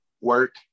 work